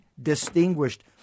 distinguished